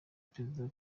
perezida